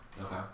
Okay